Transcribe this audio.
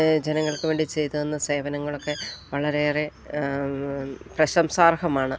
ജനങ്ങൾക്ക് വേണ്ടി ചെയ്തുതന്ന സേവനങ്ങളൊക്കെ വളരെയേറെ പ്രശംസാർഹമാണ്